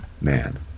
man